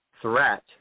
threat